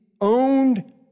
owned